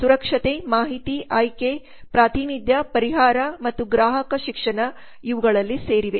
ಸುರಕ್ಷತೆ ಮಾಹಿತಿ ಆಯ್ಕೆ ಪ್ರಾತಿನಿಧ್ಯ ಪರಿಹಾರ ಮತ್ತು ಗ್ರಾಹಕ ಶಿಕ್ಷಣ ಇವುಗಳಲ್ಲಿ ಸೇರಿವೆ